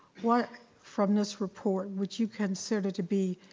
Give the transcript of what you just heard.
what from this report would you consider to be,